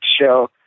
show